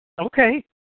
Okay